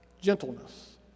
Gentleness